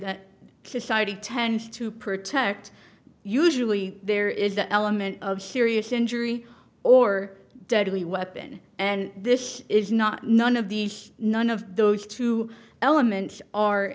that society tends to protect usually there is the element of serious injury or deadly weapon and this is not none of these none of those two elements are